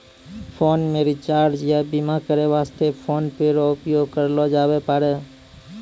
phone मे recharge या बीमा करै वास्ते फोन पे रो उपयोग करलो जाबै पारै